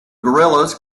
guerrillas